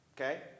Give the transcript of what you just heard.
Okay